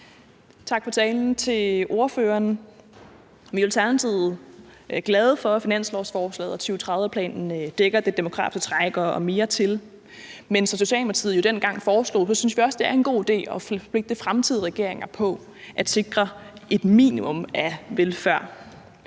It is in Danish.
for talen. Vi er i Alternativet glade for, at finanslovsforslaget og 2030-planen dækker det demografiske træk og mere til, men som Socialdemokratiet jo dengang foreslog, synes vi også, det er en god idé at forpligte fremtidige regeringer på at sikre et minimum af velfærd.